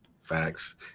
Facts